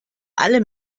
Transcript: alle